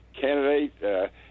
candidate